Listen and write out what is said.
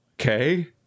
Okay